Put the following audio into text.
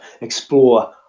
explore